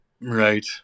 Right